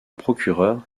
procureur